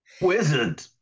wizard